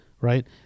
right